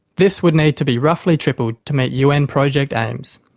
this would need to be roughly tripled to meet un project aims.